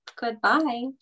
goodbye